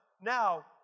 Now